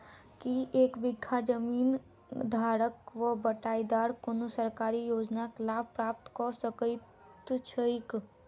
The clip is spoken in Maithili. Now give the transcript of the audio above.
की एक बीघा जमीन धारक वा बटाईदार कोनों सरकारी योजनाक लाभ प्राप्त कऽ सकैत छैक?